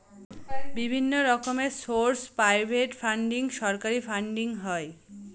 বিভিন্ন রকমের source private funding, সরকারি ফান্ডিং হয়